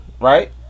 right